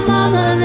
Mama